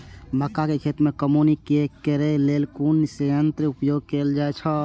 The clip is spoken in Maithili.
मक्का खेत में कमौनी करेय केय लेल कुन संयंत्र उपयोग कैल जाए छल?